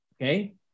Okay